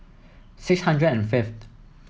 six hundred and fifth